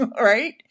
right